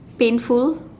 painful